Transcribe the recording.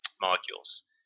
molecules